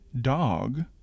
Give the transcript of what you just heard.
dog